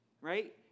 right